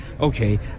okay